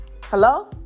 Hello